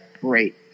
great